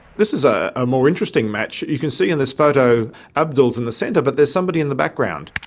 this is ah a more interesting match. you can see in this photo abdul is in the centre but there's somebody in the background.